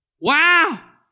Wow